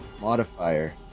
modifier